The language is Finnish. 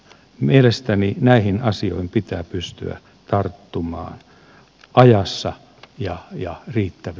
mielestäni näihin asioihin pitää pystyä tarttumaan ajassa ja riittävä